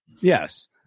Yes